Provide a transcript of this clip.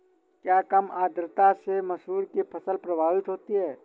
क्या कम आर्द्रता से मसूर की फसल प्रभावित होगी?